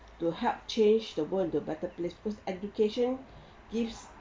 to help change the world into a better place because education gives